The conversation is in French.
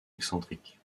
excentrique